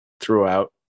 throughout